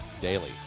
daily